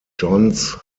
johns